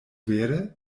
vere